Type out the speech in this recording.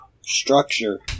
structure